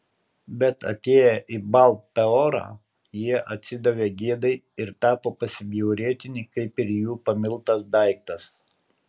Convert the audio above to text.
bet atėję į baal peorą jie atsidavė gėdai ir tapo pasibjaurėtini kaip ir jų pamiltas daiktas